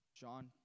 John